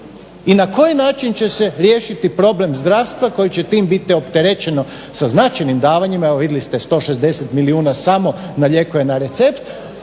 I na koji način će se riješiti problem zdravstva koji će tim biti opterećeno sa značajnim davanjima. Evo vidjeli ste 160 milijuna samo na lijekove na recept,